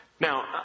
Now